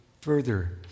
further